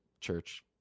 church